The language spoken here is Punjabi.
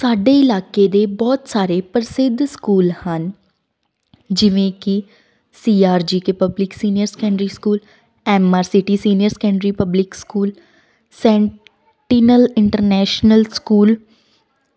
ਸਾਡੇ ਇਲਾਕੇ ਦੇ ਬਹੁਤ ਸਾਰੇ ਪ੍ਰਸਿੱਧ ਸਕੂਲ ਹਨ ਜਿਵੇਂ ਕਿ C R G K public senior secondary school M R city senior secondary public school Sentinel international school